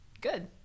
good